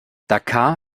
dhaka